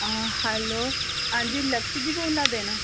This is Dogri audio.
हा हैलो हां जी लक्ष्य जी बोल्ला दे न